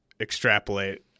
extrapolate